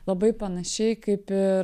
labai panašiai kaip ir